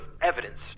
evidence